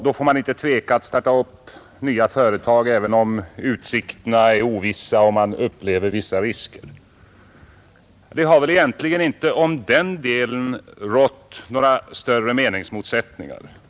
Då får man inte tveka att sätta upp företag även om utsikterna är ovissa och man upplever vissa risker, sade han. Det har väl inte rått några större meningsmotsättningar om den delen.